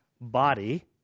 body